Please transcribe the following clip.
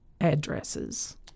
addresses